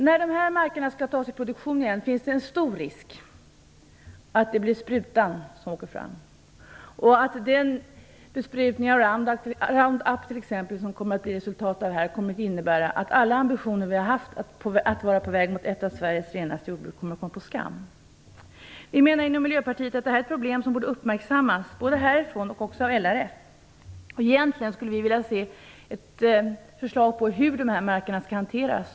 När dessa marker skall tas i produktion igen finns det en stor risk att sprutan åker fram. Besprutningen med t.ex. Round-Up, som kommer att bli resultatet av detta, kommer att innebära att alla ambitioner som vi har haft om att vara på väg mot ett av de renaste jordbruken kommer att komma på skam. Inom Miljöpartiet menar vi att detta är ett problem som borde uppmärksammas, både av oss här och av LRF. Egentligen skulle vi vilja se ett förslag om hur dessa marker skall hanteras.